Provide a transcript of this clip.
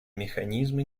механизмы